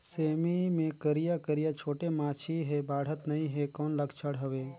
सेमी मे करिया करिया छोटे माछी हे बाढ़त नहीं हे कौन लक्षण हवय?